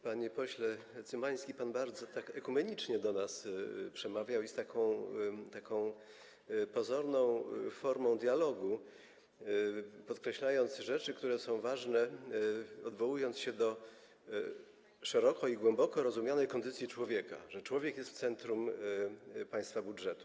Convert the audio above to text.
Panie pośle Cymański, pan tak bardzo ekumenicznie do nas przemawia, zachowując taką pozorną formę dialogu, podkreślając rzeczy, które są ważne, odwołując się do szeroko i głęboko rozumianej kondycji człowieka, mówiąc, że człowiek jest w centrum państwa budżetu.